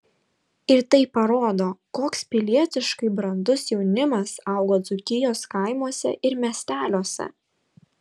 ir tai parodo koks pilietiškai brandus jaunimas augo dzūkijos kaimuose ir miesteliuose